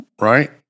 Right